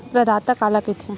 प्रदाता काला कइथे?